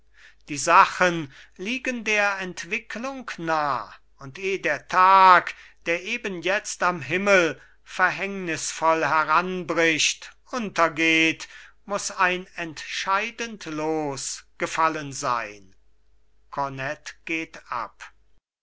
die sachen liegen der entwicklung nah und eh der tag der eben jetzt am himmel verhängnisvoll heranbricht untergeht muß ein entscheidend los gefallen sein kornett geht ab